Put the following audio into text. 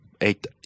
eight